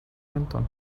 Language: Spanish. mentón